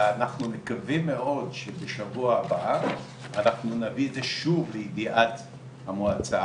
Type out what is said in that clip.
ואנחנו מקווים מאוד שבשבוע הבא אנחנו נביא את זה שוב לידיעת המועצה,